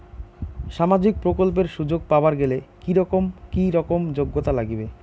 সামাজিক প্রকল্পের সুযোগ পাবার গেলে কি রকম কি রকম যোগ্যতা লাগিবে?